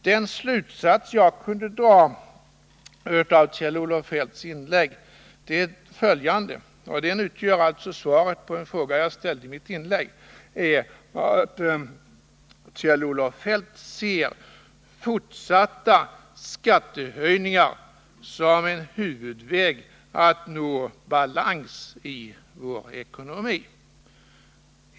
Den slutsats jag kunde dra av Kjell-Olof Feldst inlägg är följande, och den utgör alltså svaret på en fråga jag ställde i mitt inlägg: Kjell-Olof Feldt ser fortsatta skattehöjningar som en huvudväg för att nå balans i vår ekonomi.